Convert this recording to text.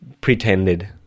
pretended